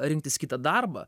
rinktis kitą darbą